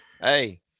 hey